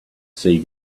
sea